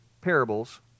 parables